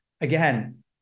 again